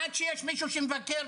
עד שיש מישהו ממפרגן